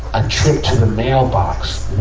a trip to the mailbox